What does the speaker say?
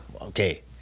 Okay